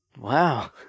Wow